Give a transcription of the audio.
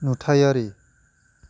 नुथायारि